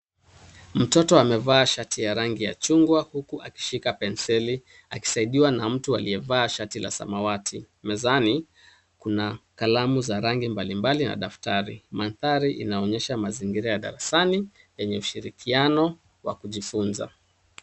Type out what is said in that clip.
Mtoto amevaa shati ya rangi ya chungwa huku akishika penseli akisaidiwa na mtu aliyevaa shati la samawati. Mezani, kuna kalamu za rangi mbalimbali na daftari . Mandhari inaonyesha mazingira ya darasani yenye ushirikiano wa kujifunza.